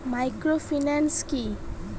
Microfinance কি?